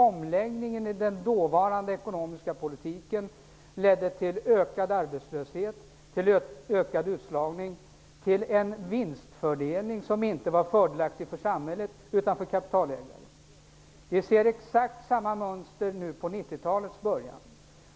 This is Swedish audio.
Omläggningen av den dåvarande ekonomiska poltiken ledde till ökad arbetslöshet och ökad utslagning. Det ledde till en vinstfördelning som inte var fördelaktig för samhället, utan för kapitalägare. Vi ser exakt samma mönster nu i 90-talets början.